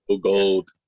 Gold